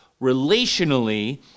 relationally